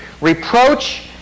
Reproach